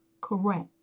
correct